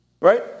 Right